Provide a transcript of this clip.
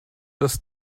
das